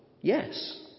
Yes